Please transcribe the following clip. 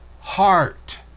heart